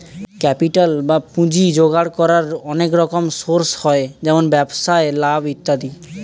capital বা পুঁজি জোগাড় করার অনেক রকম সোর্স হয়, যেমন ব্যবসায় লাভ ইত্যাদি